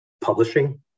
publishing